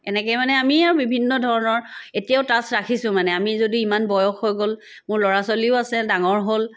এনেকৈ মানে আমি আৰু বিভিন্ন ধৰণৰ এতিয়াও টাচ ৰাখিছো মানে আমি যদি ইমান বয়স হৈ গ'ল মোৰ ল'ৰা ছোৱালীও আছে ডাঙৰ হ'ল